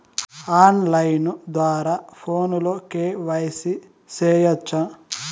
on line ద్వారా ఫోనులో KYC సేయొచ్చా